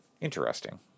interesting